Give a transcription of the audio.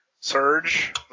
Surge